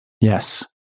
Yes